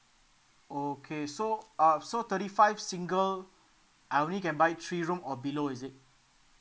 okay so uh so thirty five single I only can buy three room or below is it